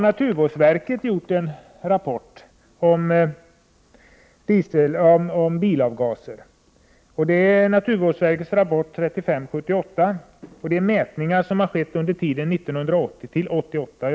Naturvårdsverket har gett ut en rapport om bilavgaser. Det är naturvårdsverkets rapport nr 3578 om mätningar under tiden 1980-1988.